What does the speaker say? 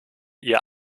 ihr